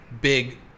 big